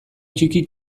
ttiki